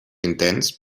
intents